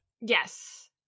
yes